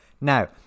Now